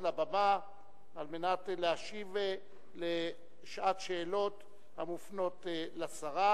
לבמה על מנת להשיב בשעת שאלות המופנות לשרה